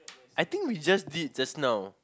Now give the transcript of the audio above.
I think we just did just now